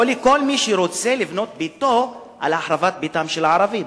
או כל מי שרוצה לבנות את ביתו על החרבת ביתם של ערבים.